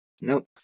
Nope